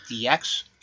DX